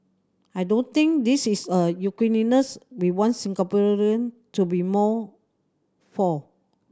I don't think this is a uniqueness we want Singaporean to be more for